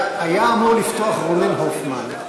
היה אמור לפתוח רונן הופמן,